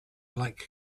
like